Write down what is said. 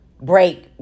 break